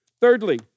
Thirdly